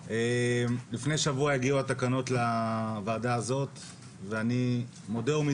אני אתן לכם להציג את התקנות ואת התיקונים והשינויים